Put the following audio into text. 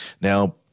Now